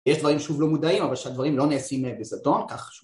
‫יש דברים שוב לא מודעים, ‫אבל שהדברים לא נעשים בזדון,